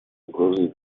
угрозой